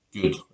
good